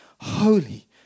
holy